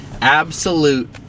Absolute